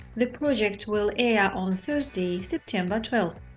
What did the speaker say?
the project will air on thursday, september twelve.